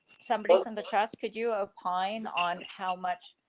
somebody from the trust could you opine on how much.